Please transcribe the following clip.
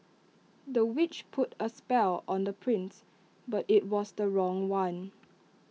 the witch put A spell on the prince but IT was the wrong one